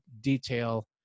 detail